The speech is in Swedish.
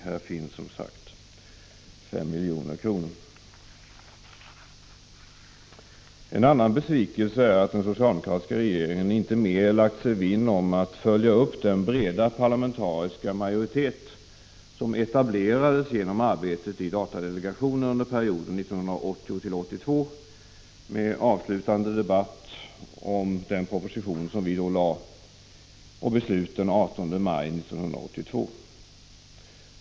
Här finns som sagt 5 milj.kr. En annan besvikelse är att den socialdemokratiska regeringen inte mer lagt sig vinn om att följa upp den breda parlamentariska majoritet som etablerades genom arbetet i datadelegationen under perioden 1980-1982, med avslutande debatt om den proposition som vi då lade fram och beslut den 18 maj 1982.